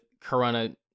corona